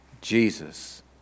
Jesus